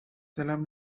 دلمم